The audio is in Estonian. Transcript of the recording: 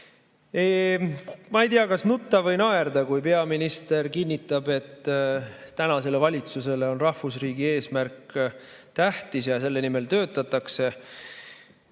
Ma ei tea, kas nutta või naerda, kui peaminister kinnitab, et tänasele valitsusele on rahvusriigi eesmärk tähtis ja selle nimel töötatakse